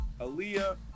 Aaliyah